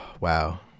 Wow